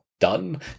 done